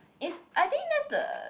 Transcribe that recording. is I think that's the